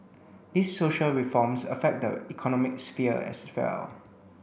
these social reforms affect the economic sphere as well